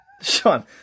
Sean